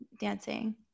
dancing